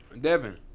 Devin